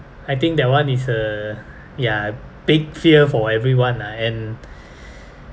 I think that one is a ya big fear for everyone ah and